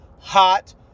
hot